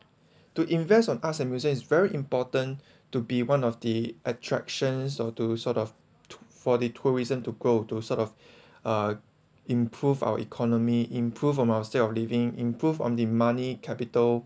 to invest on arts and music is very important to be one of the attractions or to sort to for the tourism to grow to sort of uh improve our economy improve from our state of leaving improved on the money capital